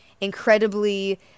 incredibly